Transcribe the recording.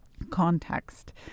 context